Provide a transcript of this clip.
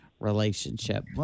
Relationship